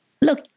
look